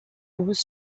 was